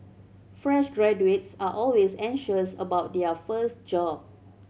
fresh graduates are always anxious about their first job